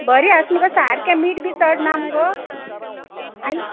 बरी हात मुगो सारकें मीठ बी चड ना मुगो आनी